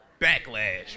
backlash